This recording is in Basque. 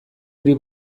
hiri